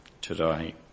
today